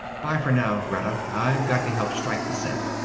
by for now, greta. i got to help strike the set.